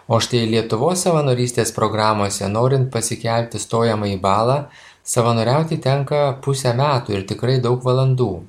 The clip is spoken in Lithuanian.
o štai lietuvos savanorystės programose norint pasikelti stojamąjį balą savanoriauti tenka pusę metų ir tikrai daug valandų